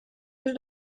yüz